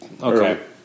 Okay